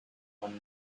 one